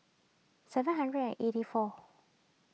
seven hundred and eighty four